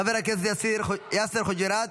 חבר הכנסת יאסר חוג'יראת,